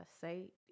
say